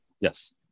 Yes